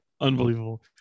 Unbelievable